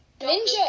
Ninja